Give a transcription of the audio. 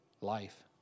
life